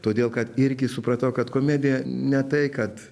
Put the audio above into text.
todėl kad irgi supratau kad komedija ne tai kad